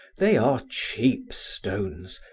they are cheap stones,